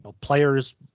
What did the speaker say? players